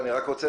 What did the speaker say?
אני רוצה